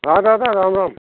हा दादा राम राम